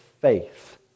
faith